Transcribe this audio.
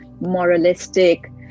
moralistic